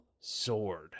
sword